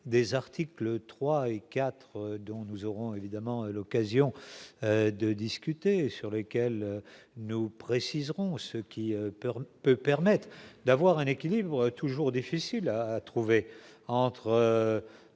des articles 3 et 4 dont nous aurons évidemment l'occasion de discuter sur lesquels nous préciseront ce qui Pearl peut permettent d'avoir un équilibre toujours difficile à trouver entre